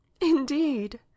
Indeed